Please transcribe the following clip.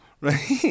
right